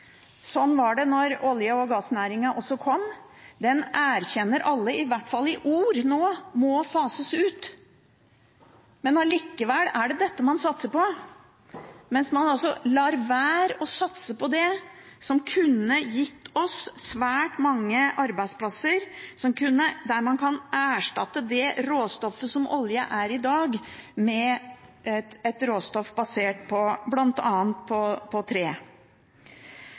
Sånn var det da olje- og gassnæringen også kom. Den erkjenner alle, i hvert fall i ord, nå må fases ut, men allikevel er det dette man satser på, mens man lar være å satse på det som kunne gitt oss svært mange arbeidsplasser, der man kan erstatte det råstoffet som olje er i dag, med et råstoff basert på